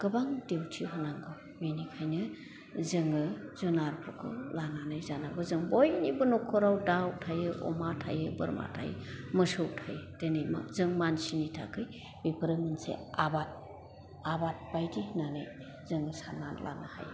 गोबां दिउथि होनांगौ बेनिखायनो जोङो जुनारफोरखौ लानानै जानांगौ जों बयनिबो नखराव दाव थायो अमा थायो बोरमा थायो मोसौ थायो दिनै जों मानसिनि थाखाय बेफोरो मोनसे आबाद आबाद बायदि होन्नानै जों सान्नानै लानो हायो